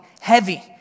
heavy